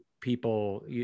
people